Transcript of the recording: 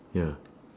ya